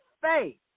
faith